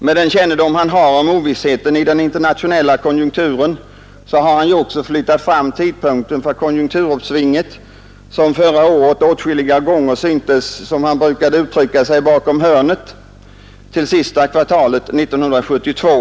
Med den kännedom han har om ovissheten i den internationella konjunkturen har han ju också flyttat tidpunkten för konjunkturuppsvinget, som under förra året åtskilliga gånger syntes — som han brukade uttrycka sig — bakom hörnet, till det sista kvartalet 1972.